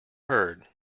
heard